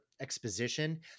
exposition